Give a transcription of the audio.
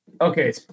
Okay